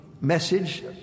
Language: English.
message